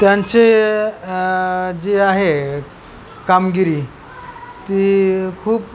त्यांचे जी आहे कामगिरी ती खूप